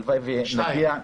הלוואי שנגיע --- שתיים.